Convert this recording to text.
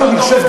אני רק חושב,